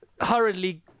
hurriedly